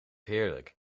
heerlijk